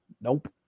Nope